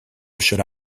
should